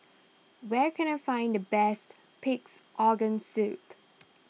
where can I find the best Pig's Organ Soup